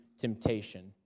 temptation